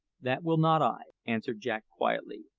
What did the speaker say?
that will not i, answered jack quietly,